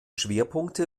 schwerpunkte